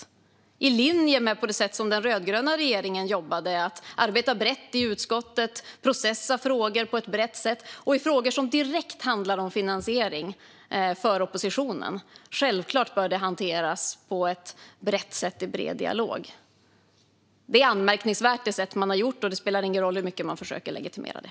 Man hade kunnat göra det i linje med det sätt som den rödgröna regeringen jobbade på, genom att arbeta brett i utskottet och processa frågor på ett brett sätt. I frågor som direkt handlar om finansiering för oppositionen bör det självfallet hanteras på ett brett sätt, i bred dialog. Det sätt man har gjort det hela på är anmärkningsvärt, och det spelar ingen roll hur mycket man försöker legitimera det.